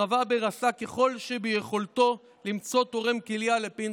הרב הבר עשה כל שביכולתו למצוא תורם כליה לפנחס.